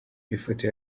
ifoto